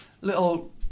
little